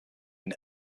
been